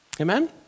Amen